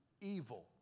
evil